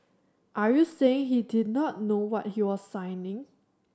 are you saying he did not know what he was signing